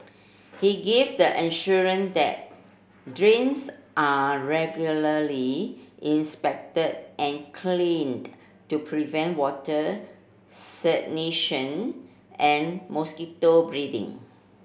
he gave the that drains are regularly inspected and cleaned to prevent water stagnation and mosquito breeding